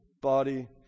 body